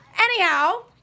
Anyhow